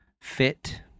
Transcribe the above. fit